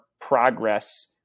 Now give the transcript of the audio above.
progress